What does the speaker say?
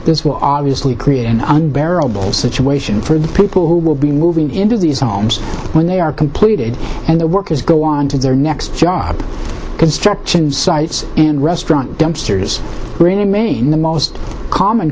this will obviously create an unbearable situation for the people who will be moving into these homes when they are pleated and the workers go on to their next job construction sites and restaurant dumpsters remain the most common